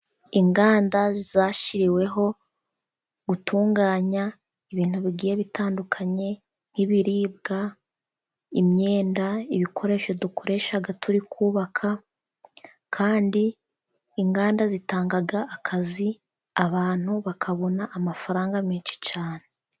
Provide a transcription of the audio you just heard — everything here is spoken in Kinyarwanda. Inganda zashyiriweho gutunganya ibintu bigiye bitandukanye nk'ibiribwa, imyenda, ibikoresho dukoreshaga turi kubaka, kandi inganda zitanga akazi abantu bakabona amafaranga menshi cyane.